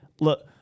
look